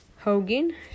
Hogan